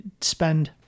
spend